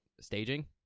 staging